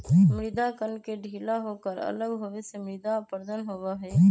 मृदा कण के ढीला होकर अलग होवे से मृदा अपरदन होबा हई